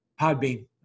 Podbean